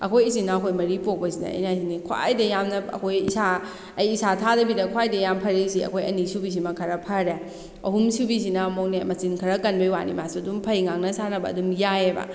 ꯑꯩꯈꯣꯏ ꯏꯆꯤꯟꯅꯥꯎ ꯑꯩꯈꯣꯏ ꯃꯔꯤ ꯄꯣꯛꯄꯁꯤꯗ ꯑꯩꯅ ꯍꯥꯏꯁꯤꯅꯤ ꯈ꯭ꯋꯥꯏꯗꯒꯤ ꯌꯥꯝꯅ ꯑꯩꯈꯣꯏ ꯏꯁꯥ ꯑꯩ ꯏꯁꯥ ꯊꯥꯗꯕꯤꯗ ꯈ꯭ꯋꯥꯏꯗꯒꯤ ꯌꯥꯝ ꯐꯔꯤꯁꯤ ꯑꯩꯈꯣꯏ ꯑꯅꯤꯁꯨꯕꯤ ꯁꯤꯃ ꯈꯔ ꯐꯔꯦ ꯑꯍꯨꯝꯁꯨꯕꯤ ꯁꯤꯅ ꯑꯃꯨꯛꯅꯦ ꯃꯆꯤꯟ ꯈꯔ ꯀꯟꯕꯒꯤ ꯋꯥꯅꯤ ꯃꯥꯁꯨ ꯑꯗꯨꯝ ꯐꯩ ꯉꯥꯡꯕꯅ ꯁꯥꯅꯕ ꯑꯗꯨꯝ ꯌꯥꯏꯑꯦꯕ